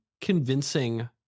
convincing